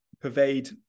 pervade